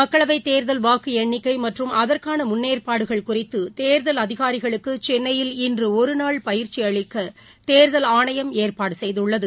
மக்களவைத் தேர்தல் வாக்கு எண்ணிக்கை மற்றும் அதற்கான முன்னேற்பாடுகள் குறித்து தேர்தல் அதிகாரிகளுக்கு சென்னையில் இன்று ஒருநாள் பயிற்சி அளிக்க தேர்தல் ஆணையம் ஏற்பாடு செய்துள்ளது